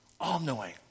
all-knowing